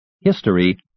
history